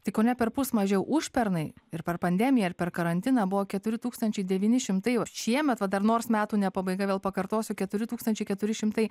tai kone perpus mažiau užpernai ir per pandemiją ir per karantiną buvo keturi tūkstančiai devyni šimtai o šiemet va dar nors metų ne pabaiga vėl pakartosiu keturi tūkstančiai keturi šimtai